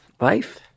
life